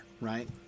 right